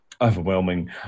overwhelming